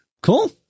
cool